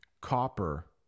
Copper